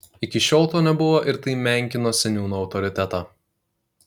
iki šiol to nebuvo ir tai menkino seniūno autoritetą